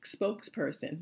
spokesperson